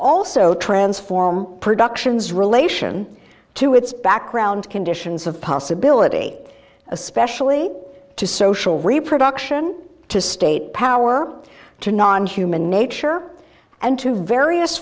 also transform productions relation to its background conditions of possibility especially to social reproduction to state power to non human nature and to various